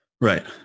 Right